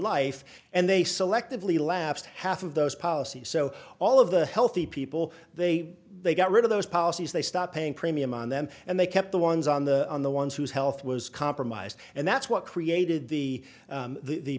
life and they selectively lapsed half of those policies so all of the healthy people they they got rid of those policies they stopped paying premium on them and they kept the ones on the on the ones whose health was compromised and that's what created the